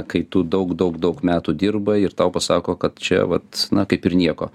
kai tu daug daug daug metų dirbai ir tau pasako kad čia vat na kaip ir nieko